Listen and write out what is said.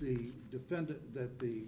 if defend th